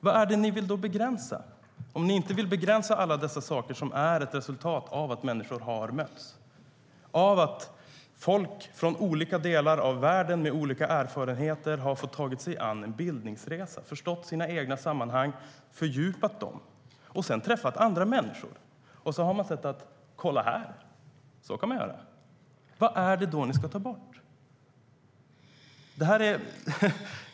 Vad är det ni vill begränsa om ni inte vill begränsa alla dessa saker som är ett resultat av att människor har mötts, av att folk från olika delar av världen med olika erfarenheter har fått ta sig an en bildningsresa, förstått sina egna sammanhang, fördjupat dem och sedan träffat andra människor och - kolla här! Så kan man göra! Vad är det ni ska ta bort?